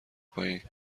پایین